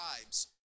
tribes